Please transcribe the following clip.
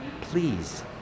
please